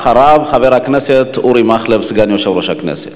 אחריו, חבר הכנסת אורי מקלב, סגן יושב-ראש הכנסת.